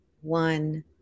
one